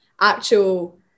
actual